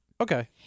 Okay